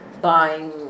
buying